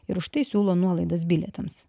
ir už tai siūlo nuolaidas bilietams